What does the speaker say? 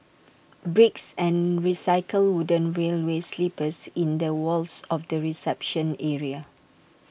bricks and recycled wooden railway sleepers in the walls of the reception area